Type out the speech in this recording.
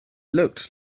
looked